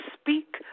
speak